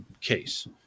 case